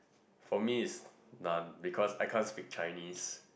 for me it's none because I can't speak Chinese